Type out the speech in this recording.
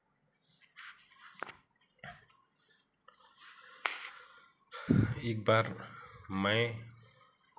एक बार मैं